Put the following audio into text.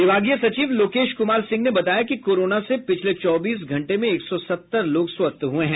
विभागीय सचिव लोकेश कुमार सिंह ने बताया कि कोरोना से पिछले चौबीस घंटे में एक सौ सत्तर लोग स्वस्थ हुए हैं